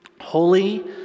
Holy